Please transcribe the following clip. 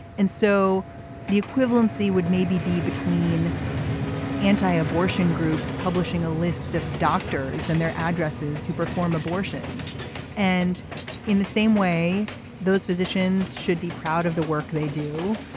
and so the equivalency would maybe be between anti-abortion groups publishing a list of doctors and their addresses who perform abortions and in the same way those physicians should be proud of the work they do.